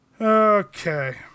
Okay